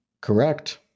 correct